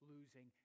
losing